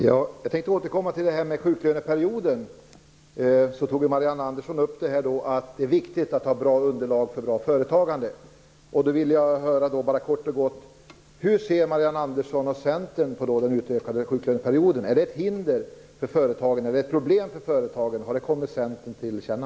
Herr talman! Jag återkommer till frågan om sjuklöneperioden. Marianne Andersson sade att det är viktigt att ha bra underlag för bra företagande. Jag vill bara kort och gott fråga: Hur ser Marianne Andersson och Centern på den utökade sjuklöneperioden? Är det ett hinder för företagen, är det ett problem för företagen? Har det kommit Centern till känna?